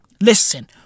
listen